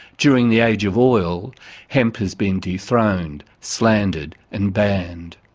during the age of oil hemp has been dethroned, slandered and banned.